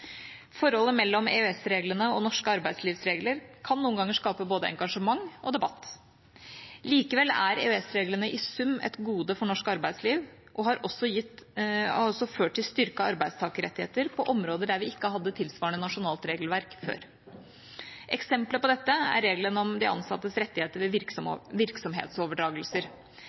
Forholdet mellom EØS-reglene og norske arbeidslivsregler kan noen ganger skape både engasjement og debatt. Likevel er EØS-reglene i sum et gode for norsk arbeidsliv og har også ført til styrkede arbeidstakerrettigheter på områder der vi ikke hadde tilsvarende nasjonalt regelverk før. Eksempler på dette er regelen om de ansattes rettigheter ved virksomhetsoverdragelser.